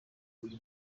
uyu